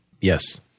Yes